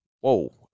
Whoa